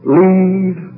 leave